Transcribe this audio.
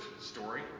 story